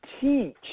teach